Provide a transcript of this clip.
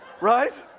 right